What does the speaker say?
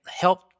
help